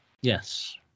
Yes